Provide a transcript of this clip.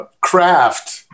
craft